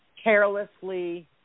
carelessly